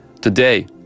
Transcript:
Today